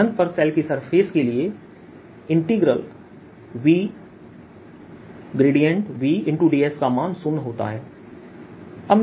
अनंत पर शेल की सरफेस के लिए VVdS का मान शून्य होता है